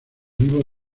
vivo